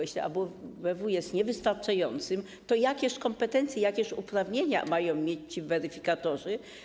Jeśli ABW jest niewystarczającym, to jakie kompetencje, jakie uprawnienia mają mieć ci weryfikatorzy?